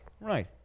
right